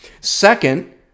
Second